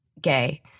gay